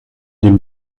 den